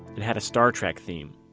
it had a star trek theme.